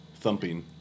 Thumping